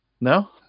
No